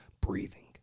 Breathing